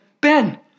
Ben